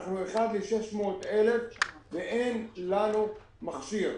אצלנו זה אחד ל-600,000 ואין לנו מכשיר.